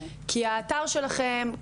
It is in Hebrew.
כי האתר שלכם,